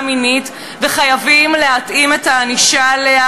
מינית וחייבים להתאים את הענישה עליה,